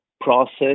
process